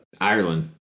Ireland